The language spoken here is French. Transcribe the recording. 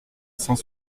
cent